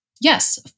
Yes